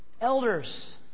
elders